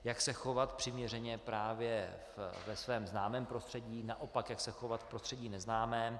Jak se chovat přiměřeně právě ve svém známém prostředí, naopak jak se chovat v prostředí neznámém.